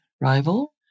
rival